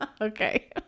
Okay